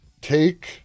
take